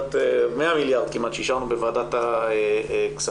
100 מיליארד כמעט שאישרנו בוועדת הכספים